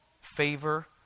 favor